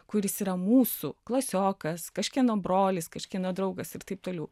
kuris yra mūsų klasiokas kažkieno brolis kažkieno draugas ir taip toliau